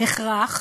הכרח.